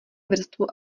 vrstvu